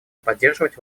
поддерживать